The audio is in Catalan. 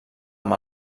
amb